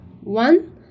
One